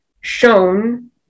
shown